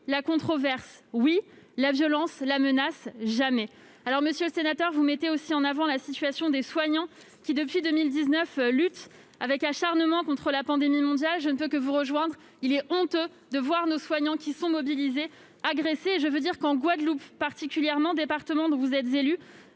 la controverse, oui ; la violence et la menace, jamais ! Monsieur le sénateur, vous avez aussi mis en avant la situation des soignants, qui depuis 2019 luttent avec acharnement contre la pandémie mondiale. Je ne peux que vous rejoindre : il est honteux de voir nos soignants, qui sont mobilisés, agressés ! En Guadeloupe, département dont vous êtes l'élu,